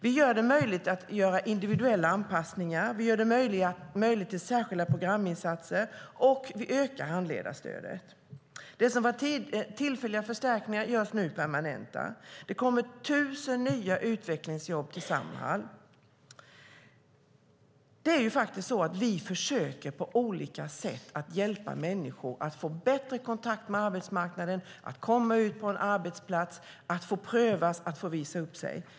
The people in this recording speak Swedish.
Vi möjliggör individuella anpassningar, vi möjliggör särskilda programinsatser och vi ökar handledarstödet. Det som tidigare var tillfälliga förstärkningar permanentas nu. Det kommer tusen nya utvecklingsjobb till Samhall. Vi försöker på olika sätt hjälpa människor att få bättre kontakt med arbetsmarknaden, att komma ut på en arbetsplats, att prövas och visa upp sig.